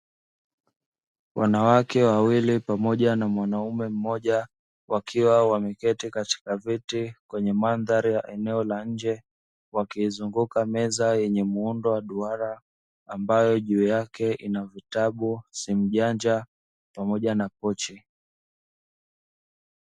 Wanawake wawili pamoja na mwanaume mmoja wakiwa wameketi katika viti kwenye mandhari ya eneo la nje, wakiizunguka meza yenye muundo wa duara ambayo juu yake ina: vitabu, simu janja, pamoja na pochi.